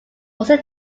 also